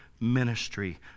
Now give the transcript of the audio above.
ministry